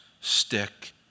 stick